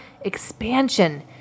expansion